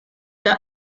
the